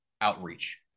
outreach